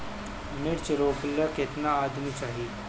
मिर्च रोपेला केतना आदमी चाही?